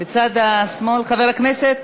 מצד שמאל, חברת הכנסת